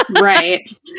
Right